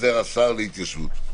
עוזר השר להתיישבות.